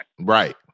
Right